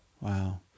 Wow